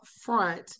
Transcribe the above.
front